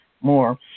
more